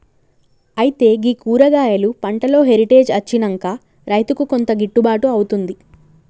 అయితే గీ కూరగాయలు పంటలో హెరిటేజ్ అచ్చినంక రైతుకు కొంత గిట్టుబాటు అవుతుంది